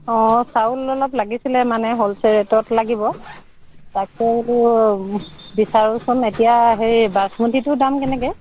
অঁ চাউল অলপ লাগিছিলে মানে হ'ল চেল ৰেটত লাগিব তাকে বিচাৰোঁচোন এতিয়া হেৰি বাচমতিটোৰ দাম কেনেকৈ